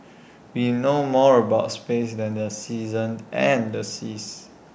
we know more about space than the seasons and the seas